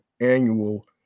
annual